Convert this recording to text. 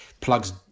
plugs